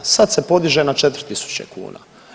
Sad se podiže na 4 000 kuna.